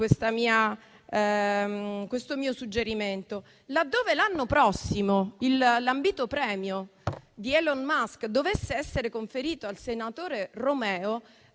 questo mio suggerimento. Laddove l'anno prossimo l'ambito premio di Elon Musk dovesse essere conferito al senatore Romeo,